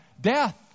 death